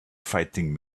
fighting